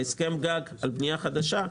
בהסכם גג על בנייה חדשה,